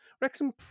Wrexham